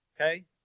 okay